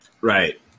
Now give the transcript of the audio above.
Right